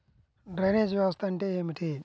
Drainage వ్యవస్థ అంటే ఏమిటి?